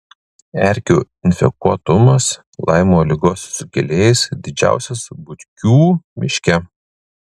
erkių infekuotumas laimo ligos sukėlėjais didžiausias butkių miške